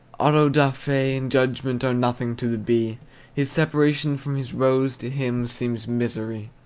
auto-da-fe and judgment are nothing to the bee his separation from his rose to him seems misery.